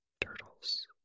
Turtles